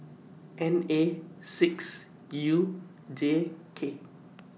N A six U J K